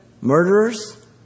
murderers